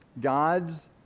God's